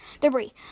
debris